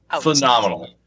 phenomenal